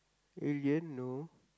you didn't know